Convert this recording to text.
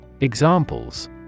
Examples